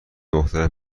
مختلف